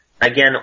again